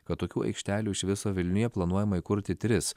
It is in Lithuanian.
kad tokių aikštelių iš viso vilniuje planuojama įkurti tris